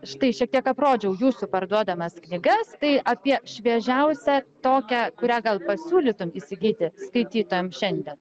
štai šiek tiek aprodžiau jūsų parduodamas knygas tai apie šviežiausią tokią kurią gal pasiūlytum įsigyti skaitytojam šiandien